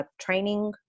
training